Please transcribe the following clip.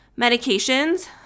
medications